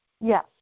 Yes